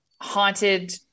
haunted